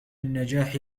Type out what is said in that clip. النجاح